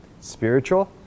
spiritual